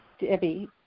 Debbie